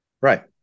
right